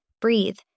breathe